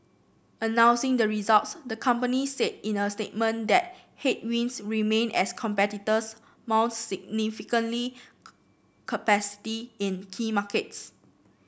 announcing the results the company said in a statement that headwinds remain as competitors mount significantly capacity in key markets